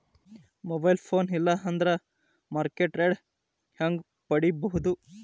Mobile phone ಇಲ್ಲಾ ಅಂದ್ರ market rate ಹೆಂಗ್ ಪಡಿಬೋದು?